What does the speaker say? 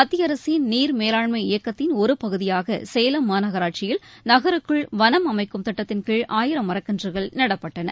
மத்திய அரசின் நீர் மேலாண்மை இயக்கத்தின் ஒரு பகுதியாக சேலம் மாநகராட்சியில் நகருக்குள் வனம் அமைக்கும் திட்டத்தின்கீழ் ஆயிரம் மரக்கன்றுகள் நடப்பட்டன